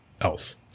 else